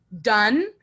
done